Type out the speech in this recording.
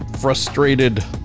frustrated